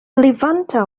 levanter